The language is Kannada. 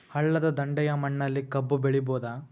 ಹಳ್ಳದ ದಂಡೆಯ ಮಣ್ಣಲ್ಲಿ ಕಬ್ಬು ಬೆಳಿಬೋದ?